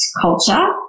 culture